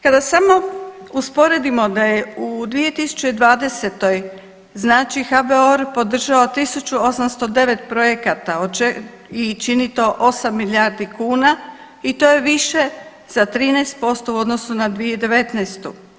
Kada samo usporedimo da je u 2020. znači HBOR podržao 1809 projekata i čini to 8 milijardi kuna i to je više za 13% u odnosu za 2019.